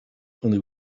only